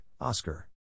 Oscar